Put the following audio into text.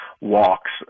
walks